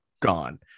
gone